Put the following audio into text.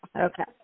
Okay